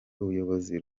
ubuyobozi